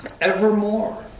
evermore